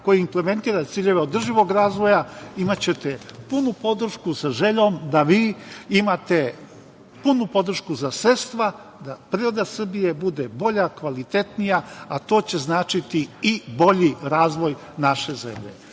koji implementira ciljeve održivog razvoja, imaćete punu podršku, sa željom da vi imate punu podršku za sredstva, da priroda Srbije bude bolja, kvalitetnija, a to će značiti i bolji razvoj naše